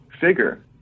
figure